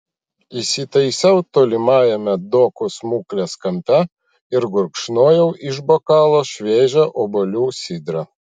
įsitaisiau tolimajame dokų smuklės kampe ir gurkšnojau iš bokalo šviežią obuolių sidrą